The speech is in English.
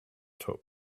took